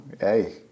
Hey